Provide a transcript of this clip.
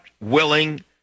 willing